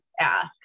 ask